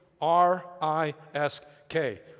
R-I-S-K